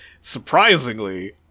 Surprisingly